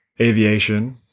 aviation